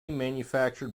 manufactured